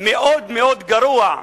מאוד מאוד גרוע,